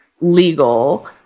legal